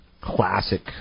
classic